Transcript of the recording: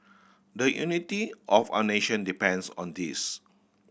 the unity of our nation depends on this